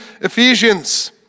Ephesians